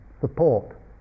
support